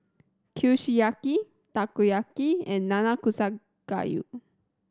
Kushiyaki Takoyaki and Nanakusa Gayu